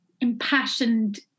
impassioned